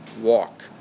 walk